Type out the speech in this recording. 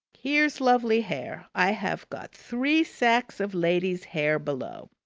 here's lovely hair! i have got three sacks of ladies' hair below,